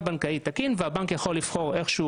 בנקאי תקין והבנק יכול לבחור איך שהוא